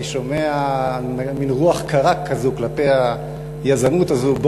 שומע מין רוח קרה כזו כלפי היזמות הזו.